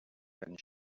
and